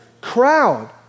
crowd